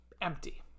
Empty